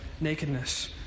nakedness